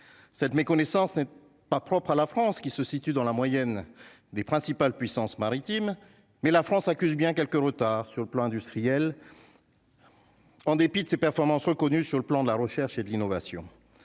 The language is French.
cette méconnaissance n'est pas propre à la France qui se situe dans la moyenne des principales puissances maritimes mais la France accuse bien quelques retards sur le plan industriel. En dépit de ses performances reconnues sur le plan de la recherche et de l'innovation,